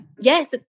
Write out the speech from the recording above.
Yes